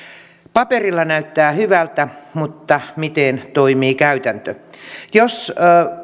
paperilla näyttää hyvältä mutta miten toimii käytäntö jos